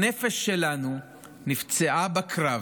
הנפש שלנו נפצעה בקרב,